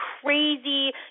crazy